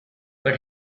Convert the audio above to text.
but